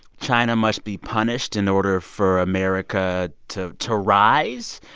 china must be punished in order for america to to rise.